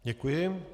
Děkuji.